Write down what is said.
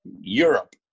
europe